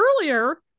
earlier